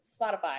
Spotify